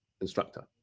instructor